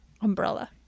umbrella